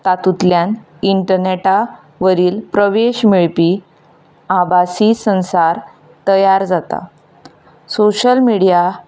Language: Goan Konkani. तातुंतल्यान इंटरनॅटा वरील प्रवेश मेळपी आभाशी संसार तयार जाता सोशियल मिडिया